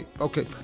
okay